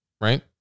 Right